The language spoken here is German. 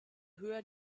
höher